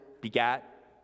begat